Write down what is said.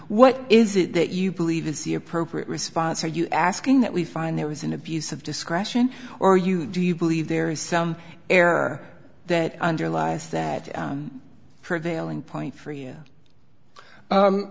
what is it that you believe is the appropriate response are you asking that we find there was an abuse of discretion or you do you believe there is some error that underlies that prevailing point for you